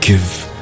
give